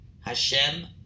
Hashem